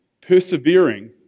persevering